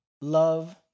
Love